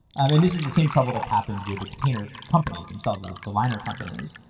um and this is the same trouble that's happened with the container companies themselves, the the liner companies,